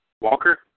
Walker